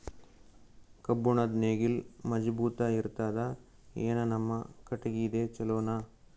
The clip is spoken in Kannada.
ಕಬ್ಬುಣದ್ ನೇಗಿಲ್ ಮಜಬೂತ ಇರತದಾ, ಏನ ನಮ್ಮ ಕಟಗಿದೇ ಚಲೋನಾ?